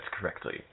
correctly